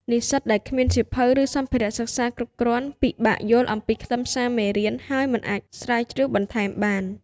និស្សិតដែលគ្មានសៀវភៅ ឬសម្ភារៈសិក្សាគ្រប់គ្រាន់ ពិបាកយល់អំពីខ្លឹមសារមេរៀន ហើយមិនអាចស្រាវជ្រាវបន្ថែមបាន។